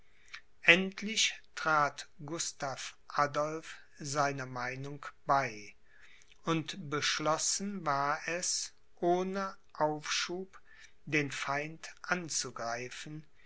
endlich trat gustav adolph seiner meinung bei und beschlossen war es ohne aufschub den feind anzugreifen